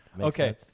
Okay